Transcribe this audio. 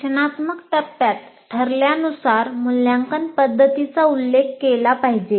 रचनात्मक टप्प्यात ठरल्यानुसार मूल्यांकन पद्धतीचा उल्लेख केला पाहिजे